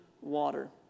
water